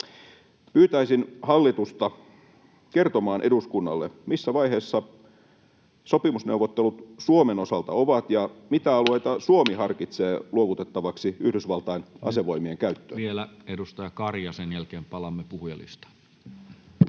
Pyytäisin hallitusta kertomaan eduskunnalle, missä vaiheessa sopimusneuvottelut Suomen osalta ovat ja mitä alueita Suomi harkitsee luovutettavaksi Yhdysvaltain asevoimien käyttöön. Vielä edustaja Kari, ja sen jälkeen palaamme puhujalistaan.